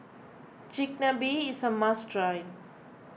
Chigenabe is a must try